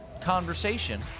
conversation